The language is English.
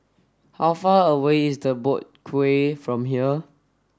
how far away is the Boat Quay from here